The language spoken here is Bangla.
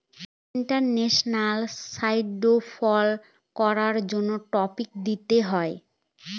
ইন্টারন্যাশনাল স্ট্যান্ডার্ড ফলো করার জন্য ট্যাক্স দিতে হয়